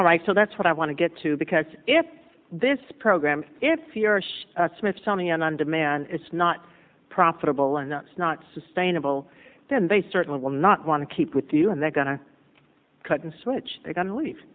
all right so that's what i want to get to because if this program if he or she smithsonian on demand it's not profitable and it's not sustainable then they certainly will not want to keep with you and they're going to cut and switch they're going to leave